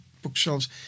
bookshelves